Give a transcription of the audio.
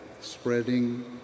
spreading